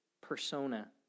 persona